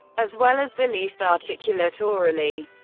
as well as the least articulate orally.